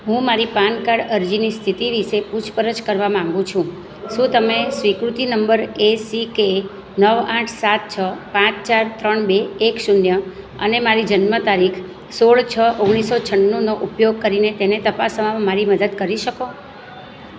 હું મારી PAN card અરજીની સ્થિતિ વિશે પૂછપરછ કરવા માગું છુ શું તમે સ્વીકૃતિ નંબર એસિકે નવ આઠ સાત છ પાંચ ચાર ત્રણ બે એક શૂન્ય અને મારી જન્મ તારીખ સોળ છ ઓગણીસો છન્નુંનો ઉપયોગ કરીને તેને તપાસવામાં મારી મદદ કરી શકો